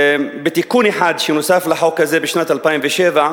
בתיקון אחד שנוסף לחוק הזה בשנת 2007,